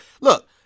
Look